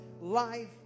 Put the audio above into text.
life